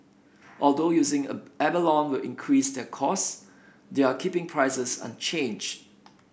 although using a abalone will increase their cost they are keeping prices unchanged